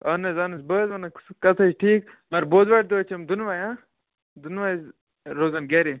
اَہن حظ اَہن بہٕ حظ وَنکھ سُہ کَتھ حظ چھِ ٹھیٖک مگر بۄدوارِ دۄہ حظ چھِ یِم دۄنوے دۄنوے حظ روزن گَرِ